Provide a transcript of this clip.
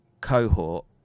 cohort